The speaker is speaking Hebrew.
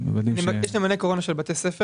אז תגיד את האמת, אלכס.